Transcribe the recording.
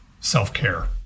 self-care